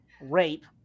rape